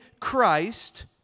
Christ